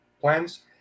plans